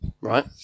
Right